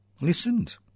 listened